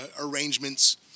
arrangements